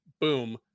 boom